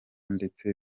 ndetse